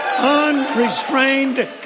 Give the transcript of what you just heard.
Unrestrained